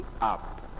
up